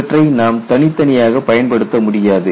இவற்றை நாம் தனித்தனியாகப் பயன்படுத்த முடியாது